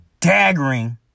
daggering